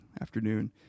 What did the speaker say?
afternoon